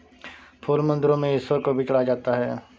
फूल मंदिरों में ईश्वर को भी चढ़ाया जाता है